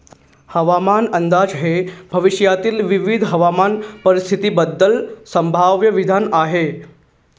हवामान अंदाज हे भविष्यातील विविध हवामान परिस्थितींबद्दल संभाव्य विधान आहे